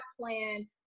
plan